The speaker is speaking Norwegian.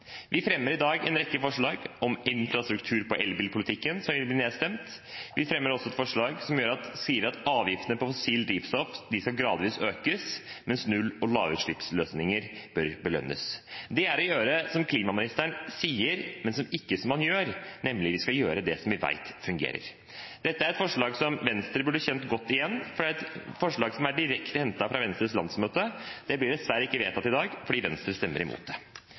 Vi fremmer i dag en rekke forslag om infrastruktur i elbilpoltikken, som vil bli nedstemt. Vi fremmer også et forslag om at avgiftene på fossilt drivstoff skal gradvis økes, mens null- og lavutslippsløsninger bør belønnes. Det er å gjøre som klimaministeren sier, men som han ikke gjør, nemlig at vi skal gjøre det som vi vet fungerer. Dette er et forslag som Venstre burde kjent godt igjen, fordi det er et forslag som er direkte hentet fra Venstres landsmøte, men det blir dessverre ikke vedtatt i dag fordi Venstre stemmer imot det.